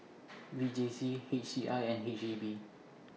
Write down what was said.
V J C H C I and H E B